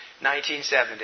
1970